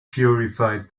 purified